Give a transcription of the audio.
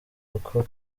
kuko